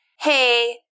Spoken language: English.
hey